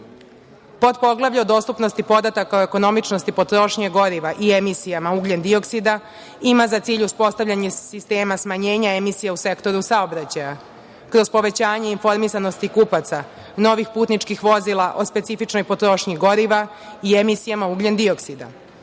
odobravanja. Potpoglavlje o dostupnosti podataka o ekonomičnosti potrošnje goriva i emisijama ugljendioksida ima za cilj uspostavljanje sistema smanjenja emisija u sektoru saobraćaja kroz povećanje informisanosti kupaca novih putničkih vozila o specifičnoj potrošnji goriva i emisijama ugljendioksida.